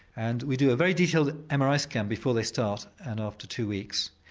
and we do a very detailed mri scan before they start and after two weeks.